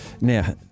Now